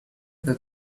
that